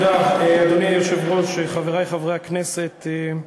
אדוני היושב-ראש, תודה, חברי חברי הכנסת,